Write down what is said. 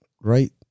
Right